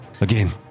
again